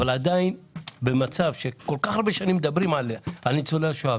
אבל אחרי כל כך הרבה שנים שמדברים על ניצולי השואה